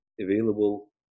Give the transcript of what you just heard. available